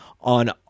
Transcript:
on